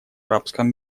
арабском